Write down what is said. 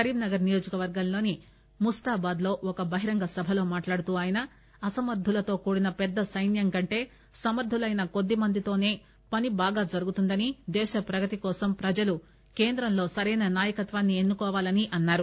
కరీంనగర్ నియోజకవర్గంలో ముస్తాబాద్లో ఒక బహిరంగ సభలో మాట్లాడుతూఆయన అసమర్దులతో కూడిన పెద్ద సైన్యం కంటే సమర్దులైన కొద్దిమందితోసే పని బాగా జరుగుతుందని దేశప్రగతి కోసం ప్రజలు కేంద్రంలో సరైన నాయకత్వాన్ని ఎన్ను కోవాలని అన్సారు